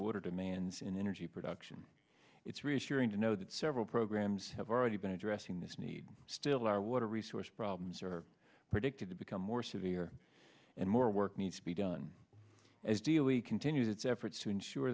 water demands in energy production it's reassuring to know that several programs have already been addressing this need still our water resource problems are predicted to become more severe and more work needs to be done as deely continued its efforts to ensure